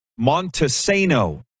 Montesano